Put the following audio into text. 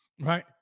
right